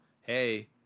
hey